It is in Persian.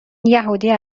یهودی